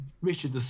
Richard